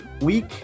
week